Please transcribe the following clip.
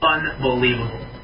Unbelievable